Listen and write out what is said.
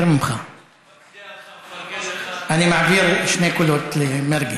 אנחנו עוברים להצבעה על החוק המוצמד,